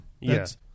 Yes